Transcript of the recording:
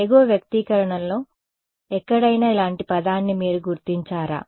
ఎగువ వ్యక్తీకరణలో ఎక్కడైనా ఇలాంటి పదాన్ని మీరు గుర్తించారా